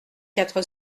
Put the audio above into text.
quatre